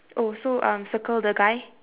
oh so um circle the guy